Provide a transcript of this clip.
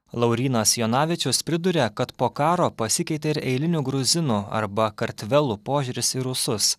laurynas jonavičius priduria kad po karo pasikeitė ir eilinių gruzinų arba kartvelų požiūris į rusus